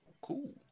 Cool